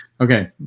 Okay